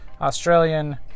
Australian